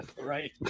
Right